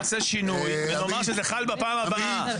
נעשה שינוי ונאמר שזה חל בפעם הבאה,